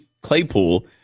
Claypool